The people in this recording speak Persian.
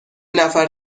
نفر